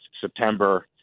September